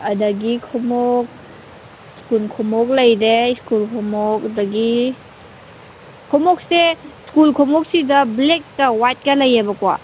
ꯑꯗꯒꯤ ꯈꯣꯡꯎꯞ ꯁ꯭ꯀꯨꯜ ꯈꯣꯡꯎꯞ ꯂꯩꯔꯦ ꯁ꯭ꯀꯨꯜ ꯈꯣꯡꯎꯞ ꯑꯗꯒꯤ ꯈꯣꯡꯎꯞꯁꯦ ꯁ꯭ꯀꯨꯜ ꯈꯣꯡꯎꯞꯁꯤꯗ ꯕ꯭ꯂꯦꯛꯀ ꯋꯥꯏꯠꯀ ꯂꯩꯌꯦꯕꯀꯣ